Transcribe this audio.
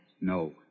No